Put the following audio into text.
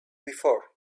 before